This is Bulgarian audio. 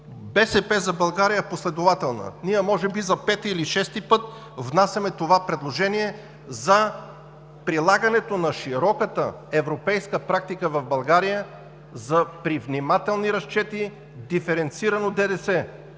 „БСП за България“ е последователна. Ние може би за пети или шести път внасяме това предложение за прилагането на широката европейска практика в България при внимателни разчети, диференцирано ДДС,